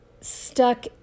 stuck